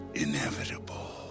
Inevitable